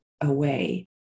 away